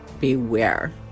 beware